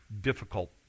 difficult